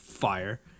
Fire